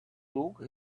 took